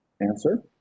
Answer